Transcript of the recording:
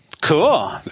Cool